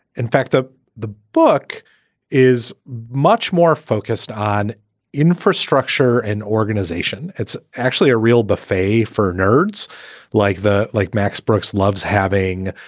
in fact, the the book is much more focused on infrastructure and organization. it's actually a real buffet for nerds like the like max brooks loves having,